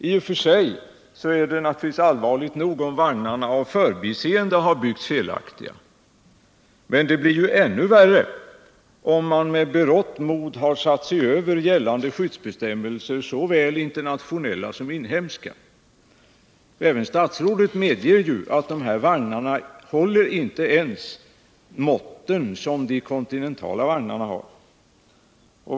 I och för sig är det naturligtvis allvarligt nog om vagnarna av förbiseende har byggts på ett felaktigt sätt, men det är ännu värre, om man med berått mod har satt sig över gällande skyddsbestämmelser, såväl internationella som inhemska. Även statsrådet medger ju att de här vagnarna inte ens håller de kontinentala vagnarnas mått.